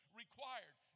required